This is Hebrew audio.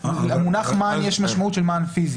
למונח מען יש משמעות של מען פיזי.